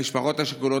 המשפחות השכולות,